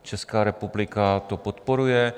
Česká republika to podporuje.